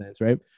Right